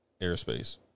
airspace